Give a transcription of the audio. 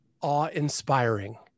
awe-inspiring